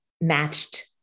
matched